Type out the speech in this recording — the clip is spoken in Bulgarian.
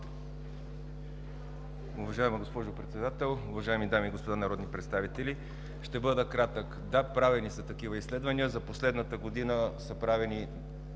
Уважаема госпожо Председател, уважаеми дами и господа народни представители! Ще бъда кратък. Да, правени са такива изследвания. За последната година са правени